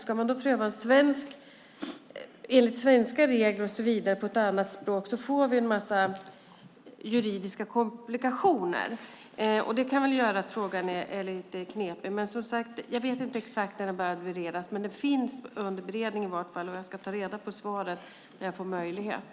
Ska man pröva enligt svenska regler med mera på ett annat språk får vi en massa juridiska komplikationer. Det kan göra att frågan är lite knepig, men jag vet som sagt inte exakt när den började beredas. Den finns i vart fall under beredning och jag ska ta reda på svaret när jag får möjlighet.